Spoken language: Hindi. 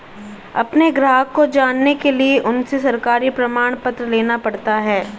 अपने ग्राहक को जानने के लिए उनसे सरकारी प्रमाण पत्र लेना पड़ता है